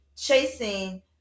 chasing